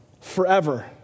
forever